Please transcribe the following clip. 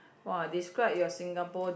!wah! describe your Singapore